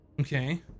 Okay